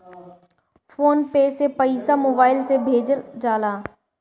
phone पे से पईसा mobile से भेजल जाला